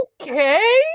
Okay